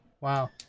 Wow